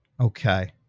Okay